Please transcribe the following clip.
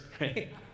right